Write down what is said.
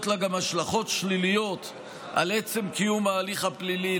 גם השלכות שליליות על עצם קיום ההליך הפלילי,